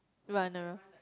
runner